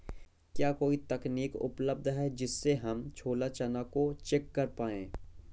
क्या कोई तकनीक उपलब्ध है जिससे हम छोला चना को चेक कर पाए?